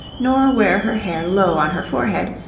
nor wear her hair low on her forehead,